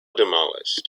demolished